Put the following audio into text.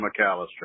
McAllister